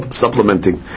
supplementing